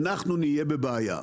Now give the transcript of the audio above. אנחנו נהיה בבעיה.